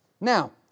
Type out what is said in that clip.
Now